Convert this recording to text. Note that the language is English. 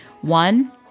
One